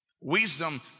Wisdom